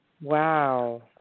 Wow